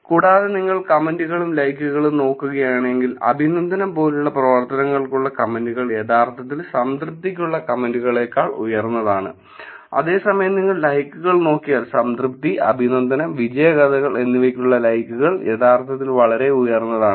കൂടാതെ നിങ്ങൾ കമെന്റുകളും ലൈക്കുകളും നോക്കുകയാണെങ്കിൽ അഭിനന്ദനം പോലുള്ള പ്രവർത്തനങ്ങൾക്കുള്ള കമെന്റുകൾ യഥാർത്ഥത്തിൽ സംതൃപ്തിക്കുള്ള കമെന്റുകളെക്കാൾ ഉയർന്നതാണ് അതേസമയം നിങ്ങൾ ലൈക്കുകൾ നോക്കിയാൽ സംതൃപ്തി അഭിനന്ദനം വിജയകഥകൾ എന്നിവയ്ക്കുള്ള ലൈക്കുകൾ യഥാർത്ഥത്തിൽ വളരെ ഉയർന്നതാണ്